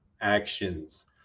actions